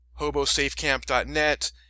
hobosafecamp.net